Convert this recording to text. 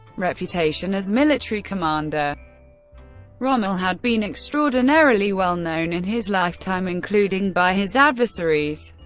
reputation as military commander rommel had been extraordinarily well known in his lifetime, including by his adversaries.